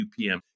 UPM